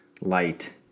light